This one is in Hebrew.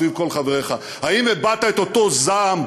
סביב כל חבריך: האם הבעת את אותו זעם,